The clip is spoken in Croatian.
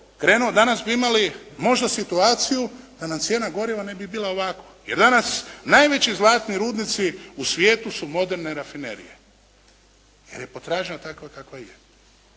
krenulo, danas bi imalo možda situaciju da nam cijena goriva ne bi bila ovakva jer danas najveći zlatni rudnici u svijetu su moderne rafinerije jer je potražnja takva kakva je.